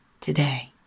today